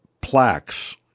plaques